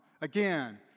Again